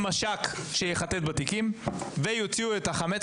מש"ק שיחטט בתיקים ויוציאו את החמץ.